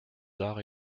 arts